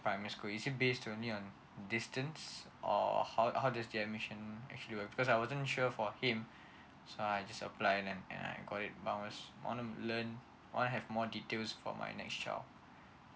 primary school is it base only on distance or how how does the admission actually works because I wasn't sure for him so I just apply and I enquire about it I just want to learn I want to have more details for my next child